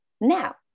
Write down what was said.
Now